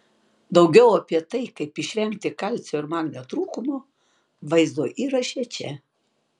daugiau apie tai kaip išvengti kalcio ir magnio trūkumo vaizdo įraše čia